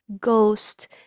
ghost